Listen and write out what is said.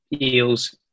eels